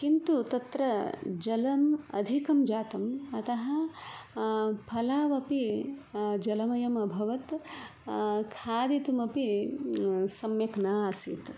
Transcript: किन्तु तत्र जलम् अधिकं जातं अतः फलावपि जलमयम् अभवत् खादितुम् अपि सम्यक् न आसीत्